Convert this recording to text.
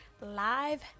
live